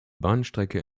bahnstrecke